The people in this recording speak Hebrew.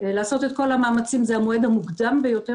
לעשות את כל המאמצים זה המועד המוקדם ביותר